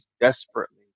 desperately